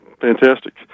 fantastic